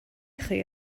chi